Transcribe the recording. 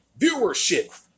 viewership